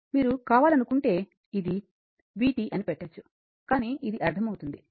మీరు కావాలనుకుంటే ఇది vt అని పెట్టొచ్చు కానీ ఇది అర్థమవుతుంది